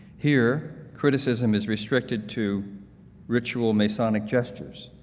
here criticism is restricted to ritual masonic gestures,